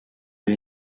izi